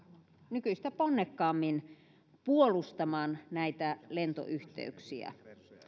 nykyistä ponnekkaammin puolustamaan näitä lentoyhteyksiä